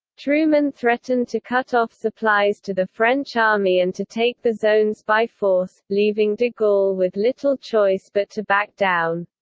truman threatened to cut off supplies to the french army and to take the zones by force, leaving de gaulle with little choice but to back down.